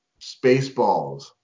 Spaceballs